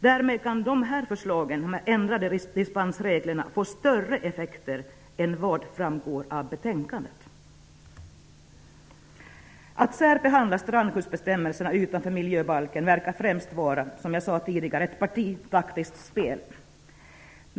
Därmed kan förslagen om ändrade dispensregler få större effekter än vad som framgår av betänkandet. Att särbehandla strandskyddsbestämmelserna utanför miljöbalken verkar främst vara, som jag tidigare sade, ett partitaktiskt spel.